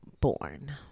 born